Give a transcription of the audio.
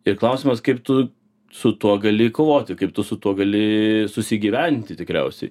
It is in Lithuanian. ir klausimas kaip tu su tuo gali kovoti kaip tu su tuo gali susigyventi tikriausiai